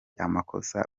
amakosa